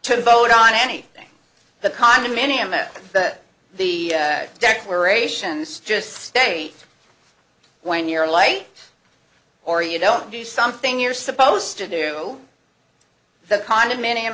to vote on anything the condominium at the declarations just state when you're light or you don't do something you're supposed to do the condominium